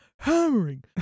hammering